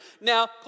Now